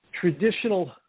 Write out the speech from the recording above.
traditional